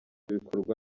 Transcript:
bikorwa